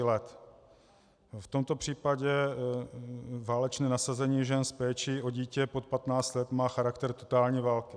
V tomto případě válečné nasazení žen s péčí o dítě pod patnáct let má charakter totální války.